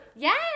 Yes